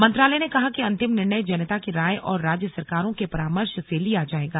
मंत्रालय ने कहा कि अंतिम निर्णय जनता की राय और राज्य सरकारों के परामर्श से लिया जाएगा